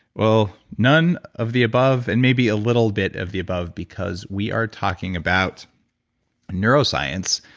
well none of the above, and maybe a little bit of the above because we are talking about neuroscience,